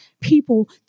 people